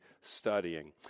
studying